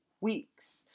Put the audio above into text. weeks